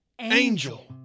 Angel